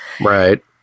Right